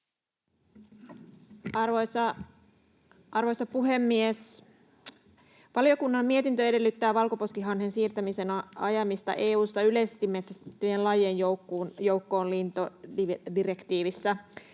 Arvoisa puhemies! Valiokunnan mietintö edellyttää valkoposkihanhen ajamista EU:ssa yleisesti metsästettyjen lajien joukkoon lintudirektiivissä.